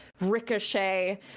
ricochet